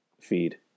feed